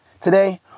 Today